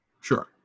Sure